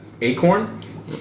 acorn